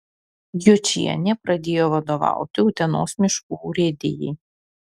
jočienė pradėjo vadovauti utenos miškų urėdijai